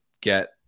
get